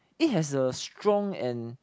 it has a strong and